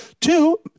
two